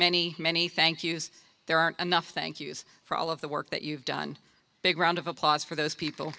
many many thank you's there aren't enough thank you's for all of the work that you've done a big round of applause for those people